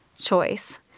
choice